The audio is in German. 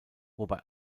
wobei